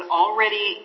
already